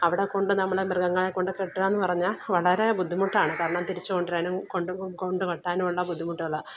അവിടെക്കൊണ്ട് നമ്മൾ മൃഗങ്ങളെ കൊണ്ട് കെട്ടുകയെന്നു പറഞ്ഞാൽ വളരെ ബുദ്ധിമുട്ടാണ് കാരണം തിരിച്ചു കൊണ്ടുവരാനും കൊണ്ട് കൊണ്ട് കെട്ടാനും ഉള്ള ബുദ്ധിമുട്ടുകൾ